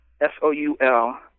S-O-U-L